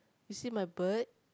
you see my bird